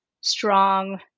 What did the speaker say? strong